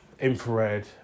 infrared